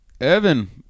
Evan